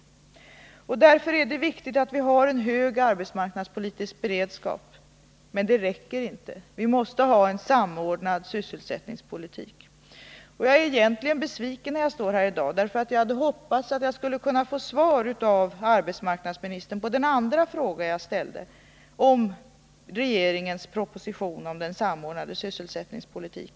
Det är därför viktigt att vi har en hög arbetsmarknadspolitisk beredskap, men det räcker inte med det. Vi måste också ha en samordnad sysselsättningspolitik. Egentligen är jag besviken. Jag hade nämligen hoppats att i dag få ett svar av arbetsmarknadsministern också på min andra fråga, som gäller regeringens proposition om en samordnad sysselsättningspolitik.